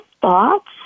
thoughts